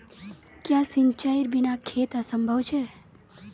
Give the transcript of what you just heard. क्याँ सिंचाईर बिना खेत असंभव छै?